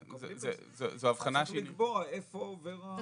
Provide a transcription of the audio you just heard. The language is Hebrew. צריך לקבוע איפה עובר הקו.